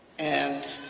and